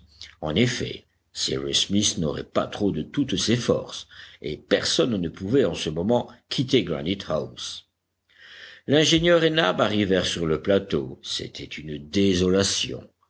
en effet cyrus smith n'aurait pas trop de toutes ses forces et personne ne pouvait en ce moment quitter granite house l'ingénieur et nab arrivèrent sur le plateau c'était une désolation